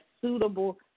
suitable